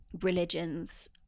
religions